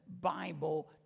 Bible